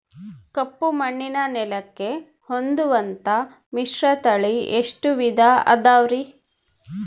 ಕಪ್ಪುಮಣ್ಣಿನ ನೆಲಕ್ಕೆ ಹೊಂದುವಂಥ ಮಿಶ್ರತಳಿ ಎಷ್ಟು ವಿಧ ಅದವರಿ?